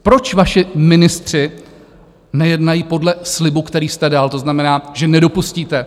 Proč vaši ministři nejednají podle slibu, který jste dal, to znamená, že nedopustíte?